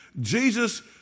Jesus